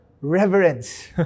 reverence